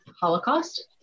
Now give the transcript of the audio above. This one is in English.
Holocaust